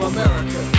America